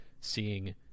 seeing